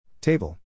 Table